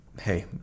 hey